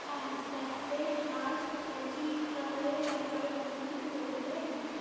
হ্যাঁ sacred heart ক্যাচির ডালের ব্যাপারে আমাদের কিছু বলতে পারেন